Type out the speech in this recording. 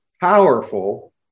powerful